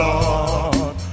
Lord